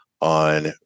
on